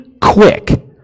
quick